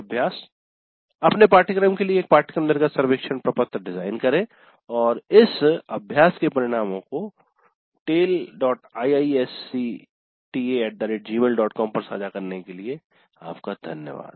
अभ्यास अपने पाठ्यक्रम के लिए एक पाठ्यक्रम निर्गत सर्वेक्षण प्रपत्र डिज़ाइन करें और इस अभ्यास के परिणामों को taleiisctagmailcom पर साझा करने के लिए धन्यवाद